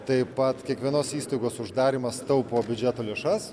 taip pat kiekvienos įstaigos uždarymas taupo biudžeto lėšas